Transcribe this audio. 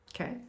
okay